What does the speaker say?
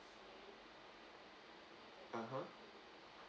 (uh huh)